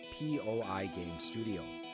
poigamestudio